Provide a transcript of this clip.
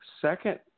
second